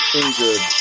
injured